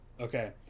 okay